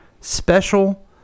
special